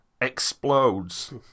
explodes